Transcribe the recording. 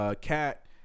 Cat